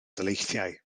daleithiau